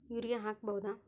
Urea ಹಾಕ್ ಬಹುದ?